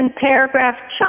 paragraph